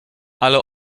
ale